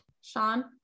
Sean